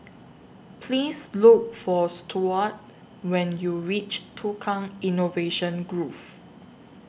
Please Look For Stuart when YOU REACH Tukang Innovation Grove